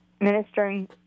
ministering